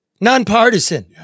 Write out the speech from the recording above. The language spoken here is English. Nonpartisan